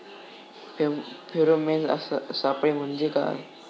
Pheromone सापळे म्हंजे काय?